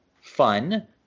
fun